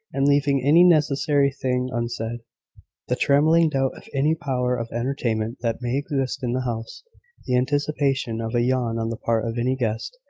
and leaving any necessary thing unsaid the trembling doubt of any power of entertainment that may exist in the house the anticipation of a yawn on the part of any guest,